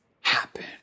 happen